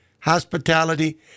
Hospitality